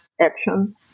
action